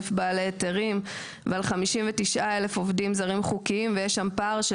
בעלי היתרים ועל 59,000 עובדים זרים חוקיים ויש שם פער של